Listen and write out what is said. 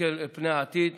להסתכל על פני העתיד